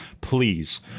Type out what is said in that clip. Please